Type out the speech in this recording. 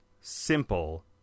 simple